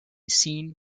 seen